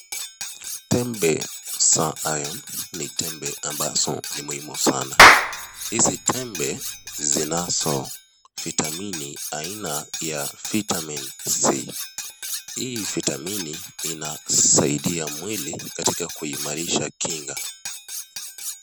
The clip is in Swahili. Tembe za Iron ni tembe ambazo ni muhimu sana. Hizi tembe zinazo vitamini aina ya vitamini C, Hii vitamini inasaidi mwili katika kuhimarisha kinga.